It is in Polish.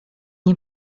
nie